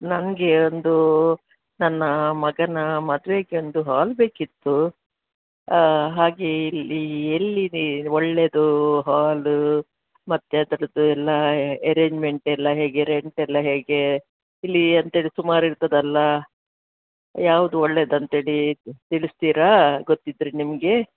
ನನ್ಗೆ ಒಂದು ನನ್ನ ಮಗನ ಮದ್ವೆಗೆ ಒಂದು ಹಾಲ್ ಬೇಕಿತ್ತು ಹಾಗೆ ಇಲ್ಲಿ ಎಲ್ಲಿದೆ ಒಳ್ಳೆದು ಹಾಲು ಮತ್ತೆ ಅದರದ್ದೆಲ್ಲಾ ಅರೆಜ್ಮೆಂಟ್ ಎಲ್ಲ ಹೇಗೆ ರೆಂಟ್ ಎಲ್ಲ ಹೇಗೆ ಇಲ್ಲಿ ಅಂತೇಳಿ ಸುಮಾರು ಇರ್ತದಲ್ಲ ಯಾವುದು ಒಳ್ಳೇದಂತೇಳಿ ತಿಳಿಸ್ತೀರಾ ಗೊತ್ತಿದ್ದರೆ ನಿಮಗೆ